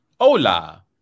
Hola